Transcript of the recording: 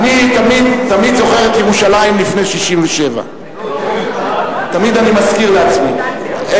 אני תמיד זוכר את ירושלים לפני 67'. תמיד אני מזכיר לעצמי.